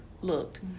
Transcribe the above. Looked